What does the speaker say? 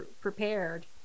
prepared